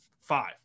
five